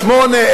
שמונה,